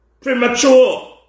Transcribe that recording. Premature